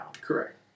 Correct